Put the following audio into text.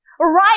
Right